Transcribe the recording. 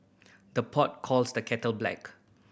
the pot calls the kettle black